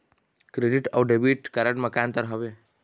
Credit अऊ debit card म का अंतर हावे?